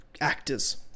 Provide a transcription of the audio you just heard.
actors